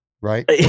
Right